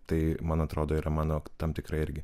tai man atrodo yra mano tam tikra irgi